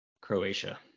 Croatia